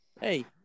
Hey